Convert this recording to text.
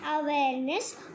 awareness